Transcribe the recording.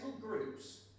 groups